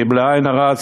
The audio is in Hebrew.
כי בלי עין הרע,